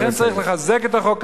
לכן צריך לחזק את החוק הזה,